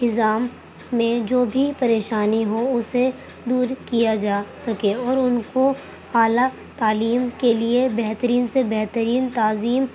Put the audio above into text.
انتظام میں جو بھی پریشانی ہو اسے دور کیا جا سکے اور ان کو اعلیٰ تعلیم کے لیے بہترین سے بہترین تعظیم